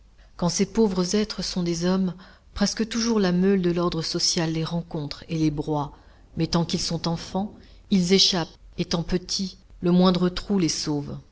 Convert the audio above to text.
quand ces pauvres êtres sont des hommes presque toujours la meule de l'ordre social les rencontre et les broie mais tant qu'ils sont enfants ils échappent étant petits le moindre trou les sauve